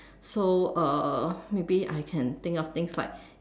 so uh maybe I can think of things like